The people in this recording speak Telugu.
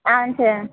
అవును సార్